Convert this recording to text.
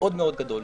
מאוד מאוד גדול.